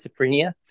schizophrenia